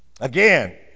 Again